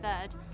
third